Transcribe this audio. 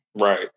Right